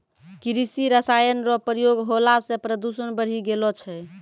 कृषि रसायन रो प्रयोग होला से प्रदूषण बढ़ी गेलो छै